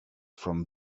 from